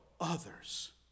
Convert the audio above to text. others